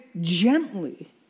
gently